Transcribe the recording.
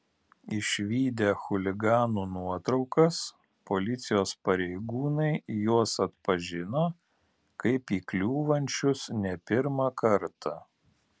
išvydę chuliganų nuotraukas policijos pareigūnai juos atpažino kaip įkliūvančius ne pirmą kartą